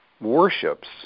worships